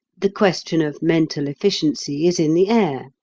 the question of mental efficiency is in the air.